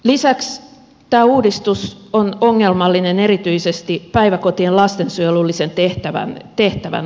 lisäksi tämä uudistus on ongelmallinen erityisesti päiväkotien lastensuojelullisen tehtävän osalta